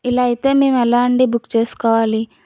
ఇలా అయితే మేము ఎలా అండి బుక్ చేసుకోవాలి